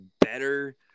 better